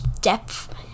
depth